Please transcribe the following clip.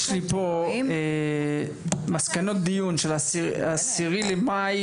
יש לי פה מסקנות דיון של ה-10 במאי